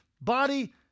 body